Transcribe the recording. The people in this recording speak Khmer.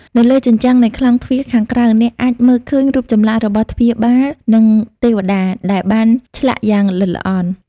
នៅលើជញ្ជាំងនៃក្លោងទ្វារខាងក្រៅ អ្នកអាចមើលឃើញរូបចម្លាក់របស់ទ្វារបាល និងទេវតាដែលបានឆ្លាក់យ៉ាងល្អិតល្អន់។